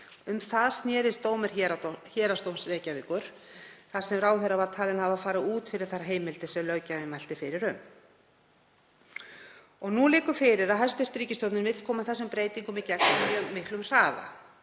Um það snerist dómur Héraðsdóms Reykjavíkur þar sem ráðherra var talinn hafa farið út fyrir þær heimildir sem löggjafinn mælti fyrir um. Nú liggur fyrir að hæstv. ríkisstjórn vill koma þessum breytingum í gegn á miklum hraða.